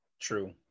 True